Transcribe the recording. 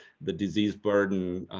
the disease burden.